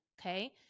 okay